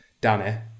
Danny